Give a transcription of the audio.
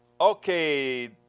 Okay